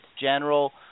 general